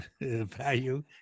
Value